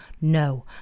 No